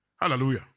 Hallelujah